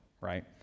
right